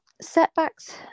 setbacks